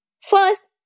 First